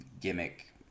gimmick